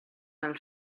fel